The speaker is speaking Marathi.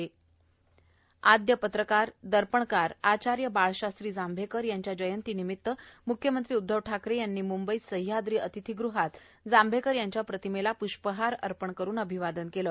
जांभेकर जंयती आदय पत्रकार दर्पणकार आचार्य बाळशास्त्री जांभेकर यांच्या जंयती निमित्त मुख्यमंत्री उद्धव ठाकरे यांनी मुंबईत सहयाद्री अतिथीगृहात जांभेकर यांच्या प्रतिमेला पृष्पहार अर्पण करून अभिवादन केलं